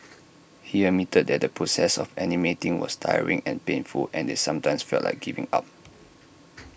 he admitted that the process of animating was tiring and painful and they sometimes felt like giving up